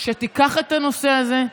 שתיקח את הנושא הזה,